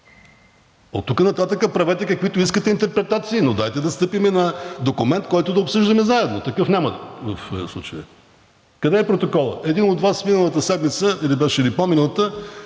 Оттук нататък правете каквито искате интерпретации, но дайте да стъпим на документ, който да обсъждаме заедно. Такъв нямате в случая. Къде е протоколът? Един от Вас миналата седмица ли беше, или по-миналата